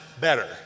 better